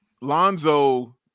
Lonzo